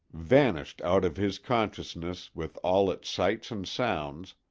vanished out of his consciousness with all its sights and sounds,